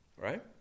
right